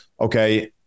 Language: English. okay